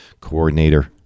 coordinator